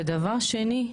ודבר שני,